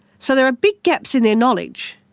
so there are big gaps in their knowledge.